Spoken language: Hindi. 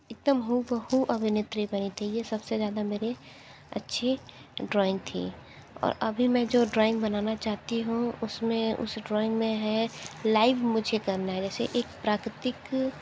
एक दम हू ब हू अभिनेत्री बनी थी ये सब से ज़्यादा मेरी अच्छी ड्राइंग थी और अभी मैं जो ड्राइंग बनाना चाहती हूँ उस में उस ड्राइंग में है लाइव मुझे करना है जैसे एक प्राकृतिक